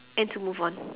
and to move on